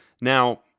Now